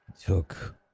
took